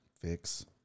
Fix